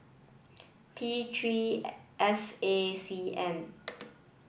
P three S A C N